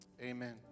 Amen